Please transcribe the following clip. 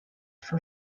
for